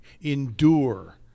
endure